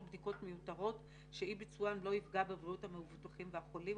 בדיקות מיותרות שאי-ביצוען לא יפגע בבריאות המבוטחים והחולים,